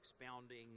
expounding